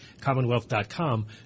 Commonwealth.com